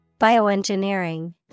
Bioengineering